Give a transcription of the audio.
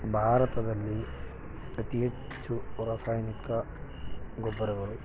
ಭಾರತದಲ್ಲಿ ಅತಿ ಹೆಚ್ಚು ರಾಸಾಯನಿಕ ಗೊಬ್ಬರಗಳು